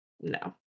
no